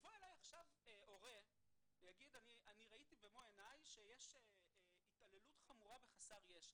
יבוא עכשיו הורה ויאמר לי שהוא ראה במו עיניו התעללות חמורה בחסר ישע.